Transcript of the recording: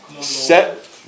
set